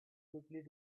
quickly